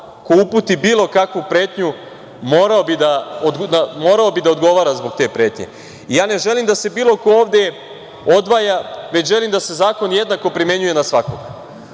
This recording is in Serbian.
ko uputi bilo kakvu pretnju morao bi da odgovara zbog te pretnje. Ja ne želim da se bilo ko ovde odvaja, već želim da se zakon jednako primenjuje na svakog.